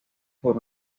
por